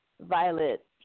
Violet